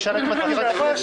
בואו נשאל את מזכירת הכנסת.